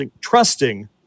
trusting